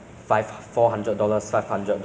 like one one major thing